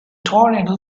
tornado